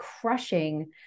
crushing